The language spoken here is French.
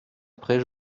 après